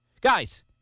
Guys